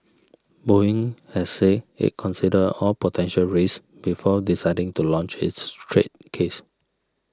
Boeing has said it considered all potential risks before deciding to launch its trade case